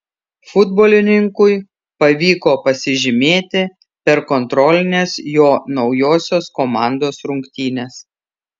futbolininkui pavyko pasižymėti per kontrolines jo naujosios komandos rungtynes